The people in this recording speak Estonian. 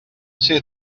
see